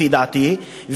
לפי דעתי,